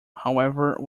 however